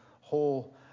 whole